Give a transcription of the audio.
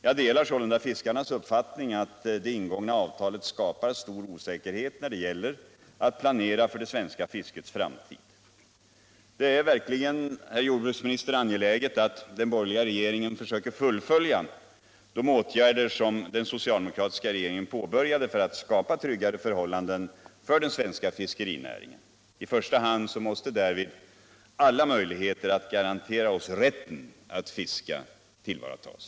Jag delar sålunda fiskarnas uppfattning att det ingångna avtalet skapar stor osäkerhet då det gäller att planera för det svenska fiskets framtid. Det är verkligen, herr jordbruksminister, angeläget att den borgerliga regeringen försöker fullfölja de åtgärder som den socialdemokratiska regeringen påbörjade för att skapa tryggare förhållanden för den svenska fiskerinäringen. I första hand måste därvid alla möjligheter att garantera oss rätten att fiska tillvaratas.